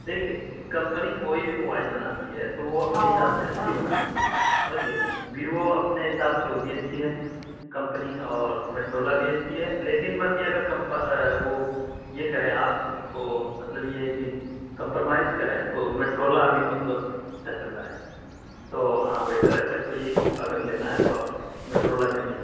دیکھیے کمپنی کوئی بھی موبائل بناتی ہے تو وہ اپنے حساب سے اچھی بناتی ہے سمجھ گئے ویوو اپنے حساب سے وہ بھی اچھی ہے کمپنی اور میٹرولا بھی اچھی ہے لیکن بس یہ اگر کم وہ یہ کریں آپ اس کو مطلب یہ ہے کہ کمپرومائز کریں تو میٹرولا ابھی مطلب اچھا چل رہا ہے تو ہاں بیٹر ہے میں تو یہی کہوں گا کہ اگر لینا ہے تو آپ میٹرولا کا ہی لیں